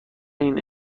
این